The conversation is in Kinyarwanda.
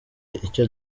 icyo